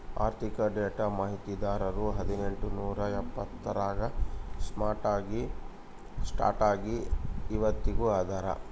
ಆರ್ಥಿಕ ಡೇಟಾ ಮಾಹಿತಿದಾರರು ಹದಿನೆಂಟು ನೂರಾ ಎಪ್ಪತ್ತರಾಗ ಸ್ಟಾರ್ಟ್ ಆಗಿ ಇವತ್ತಗೀ ಅದಾರ